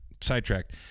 sidetracked